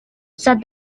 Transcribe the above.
said